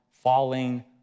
falling